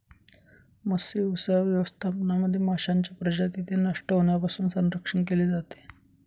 मत्स्यव्यवसाय व्यवस्थापनामध्ये माशांच्या प्रजातींचे नष्ट होण्यापासून संरक्षण केले जाते